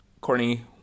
Courtney